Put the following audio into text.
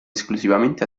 esclusivamente